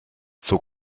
zur